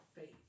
faith